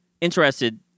interested